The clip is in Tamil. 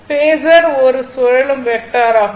பேஸர் ஒரு சுழலும் வெக்டர் ஆகும்